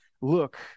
look